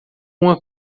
uma